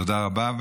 תודה רבה.